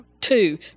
two